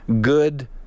good